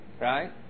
right